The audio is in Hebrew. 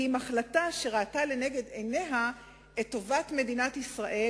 כי אם החלטה שראתה לנגד עיניה את טובת מדינת ישראל,